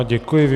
Děkuji.